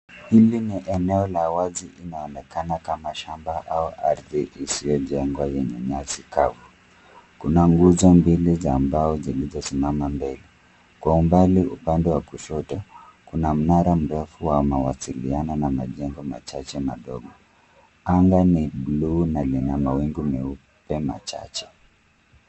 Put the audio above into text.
Hili ni eneo la wazi inaonekana kama shamba au ardhi isioyojengwa yenye nyasi kavu. Kuna nguzo mbili za mbao zilizosimama mbele. Kwa mbali upande wa kushoto, kuna mnara mrefu wa mawasiliano na majengo machache madogo. Anga ni blue na lina mawingu meupe machache.